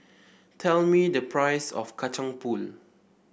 tell me the price of Kacang Pool